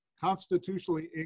constitutionally